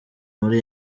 muri